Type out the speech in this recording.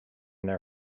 their